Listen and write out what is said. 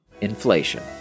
inflation